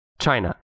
China